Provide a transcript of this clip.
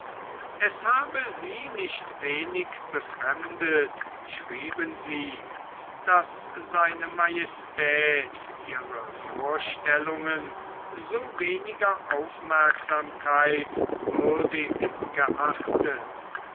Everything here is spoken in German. es habe sie nicht wenig befremdet schrieben sie daß se majestät ihre vorstellungen so weniger aufmerksamkeit würdig geachtet